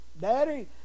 Daddy